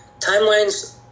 timelines